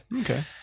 Okay